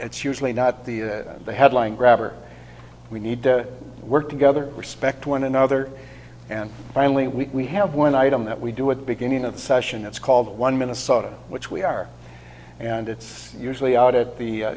it's usually not the headline grabber we need to work together respect one another and finally we have one item that we do with the beginning of the session that's called one minnesota which we are and it's usually out at the